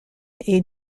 est